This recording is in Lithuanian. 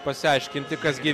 pasiaiškinti kas gi